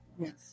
Yes